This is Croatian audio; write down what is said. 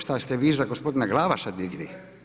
Što ste vi za gospodina Glavaša digli?